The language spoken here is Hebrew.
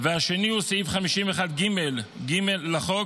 והשני הוא סעיף 51ג(ג) לחוק,